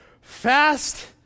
fast